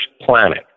Planet